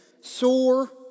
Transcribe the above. Sore